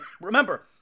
Remember